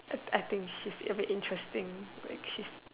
I I think she's a bit interesting like she's